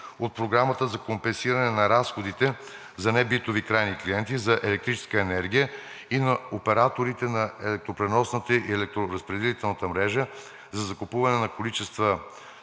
от програмата за компенсиране на разходите за небитови крайни клиенти за електрическа енергия и на операторите на електропреносната и електроразпределителната мрежа за закупуване на количества